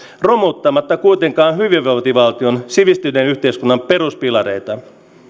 romuttamatta kuitenkaan hyvinvointivaltion sivistyneen yhteiskunnan peruspilareita